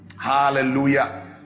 Hallelujah